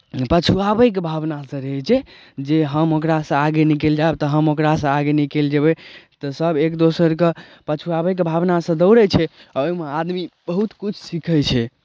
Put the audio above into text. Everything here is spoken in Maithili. पछुआबैके भावनासँ रहै छै जे हम ओकरासँ आगे निकलि जायब तऽ हम ओकरासँ आगे निकलि जयबै तऽ सभ एक दोसरकेँ पछुआबैके भावनासँ दौड़ै छै आ ओहिमे आदमी बहुत किछु सीखै छै